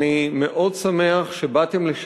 אני נורא שמח שאתם כאן.